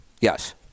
yes